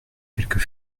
quelques